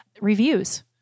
reviews